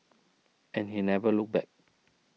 and he never looked back